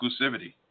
exclusivity